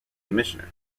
commissioner